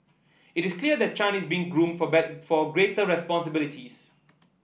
it is clear that Chan is being groomed for better for greater responsibilities